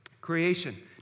creation